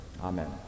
Amen